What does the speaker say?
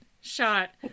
shot